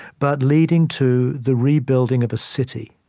but leading to the rebuilding of a city.